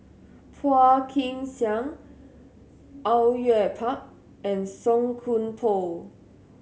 Phua Kin Siang Au Yue Pak and Song Koon Poh